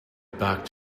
back